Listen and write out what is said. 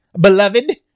Beloved